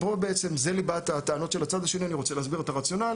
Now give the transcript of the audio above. פה בעצם זו ליבת הטענות של הצד השני ואני רוצה להסביר את הרציונל,